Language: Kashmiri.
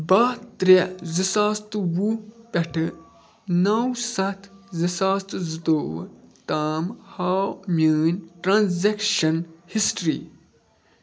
باہ ترٛےٚ زٕ ساس تہٕ وُہ پٮ۪ٹھٕ نو ستھ زٕ ساس تہٕ زٕتوٚوُہ تام ہاو میٛٲنۍ ٹرانٛزیٚکشن ہِسٹری